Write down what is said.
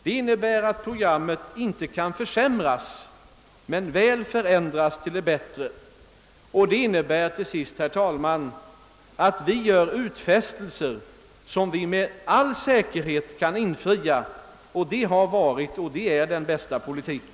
Det innebär att programmet inte kan försämras men väl kan förändras till det bättre — och detta i sin tur innebär till sist, herr talman, att vi gör utfästelser som vi med all säkerhet kan infria. Detta har varit och är den bästa politiken.